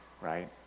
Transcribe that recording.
right